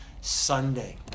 Sunday